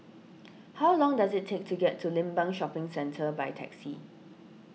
how long does it take to get to Limbang Shopping Centre by taxi